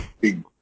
big